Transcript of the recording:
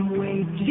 wait